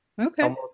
Okay